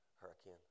Hurricane